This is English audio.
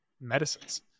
medicines